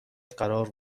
قرار